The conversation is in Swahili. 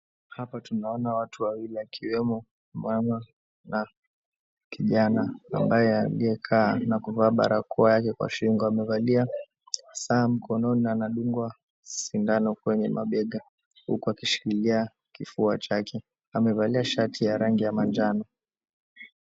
Hapa tunaona watu wawili wakiwemo mama na kijana ambaye aliyekua na kuvaa barakoa yake kwa shingo. Amevalia saa mkononi na anadungwa sindano kwenye mabega huku akishikilia kofia chake. Amevalia shati ya rangi ya manjano.